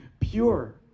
pure